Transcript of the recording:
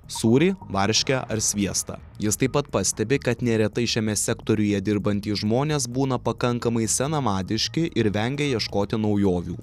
sūrį varškę ar sviestą jis taip pat pastebi kad neretai šiame sektoriuje dirbantys žmonės būna pakankamai senamadiški ir vengia ieškoti naujovių